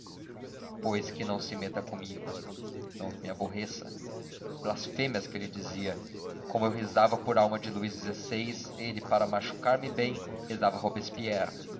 pois que não se meta comigo não me aborreça que blasfêmias que ele dizia como eu rezava por alma de luís xvi ele para machucar me bem rezava a robespierre